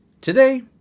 Today